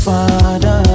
Father